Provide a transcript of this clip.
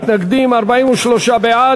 54 מתנגדים, 40 בעד.